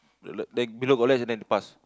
la~ below got latch and then the pass